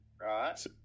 right